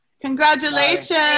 Congratulations